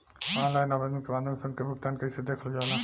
Online आवेदन के माध्यम से उनके भुगतान कैसे देखल जाला?